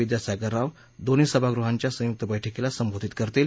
विद्यासागर राव दोन्ही सभागृहांच्या संयुक्त बैठकीला संबोधित करतील